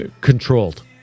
Controlled